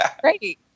great